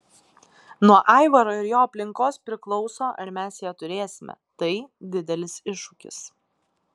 nuo aivaro ir jo aplinkos priklauso ar mes ją turėsime tai didelis iššūkis